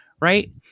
Right